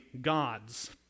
gods